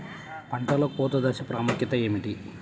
పంటలో కోత దశ ప్రాముఖ్యత ఏమిటి?